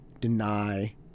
deny